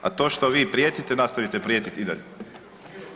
A to što vi prijetite, nastavite prijetiti i dalje.